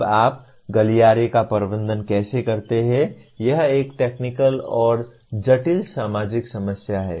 अब आप गलियारे का प्रबंधन कैसे करते हैं यह एक टेक्निकल और जटिल सामाजिक समस्या है